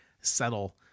settle